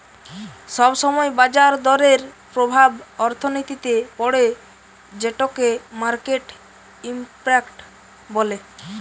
সব সময় বাজার দরের প্রভাব অর্থনীতিতে পড়ে যেটোকে মার্কেট ইমপ্যাক্ট বলে